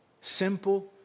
Simple